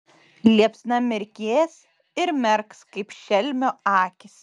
liepsna mirgės ir merks kaip šelmio akys